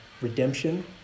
redemption